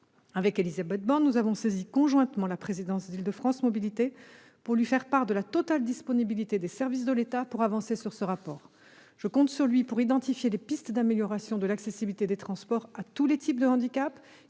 Avec Élisabeth Borne, nous avons saisi conjointement la présidente d'Île-de-France Mobilités pour lui faire part de la totale disponibilité des services de l'État pour avancer sur ce rapport. Je compte sur ce document pour identifier les pistes d'amélioration de l'accessibilité des transports à tous les types de handicaps,